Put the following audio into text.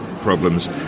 problems